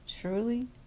truly